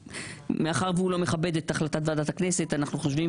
מאחר שהוא לא מכבד את החלטת ועדת הכנסת אנחנו חושבים